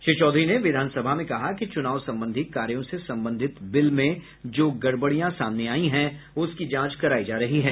श्री चौधरी ने विधानसभा में कहा कि चूनाव संबंधी कार्यों से संबंधित बिल में जो गड़बड़ियां सामने आयी हैं उसकी जांच करायी जा रही हैं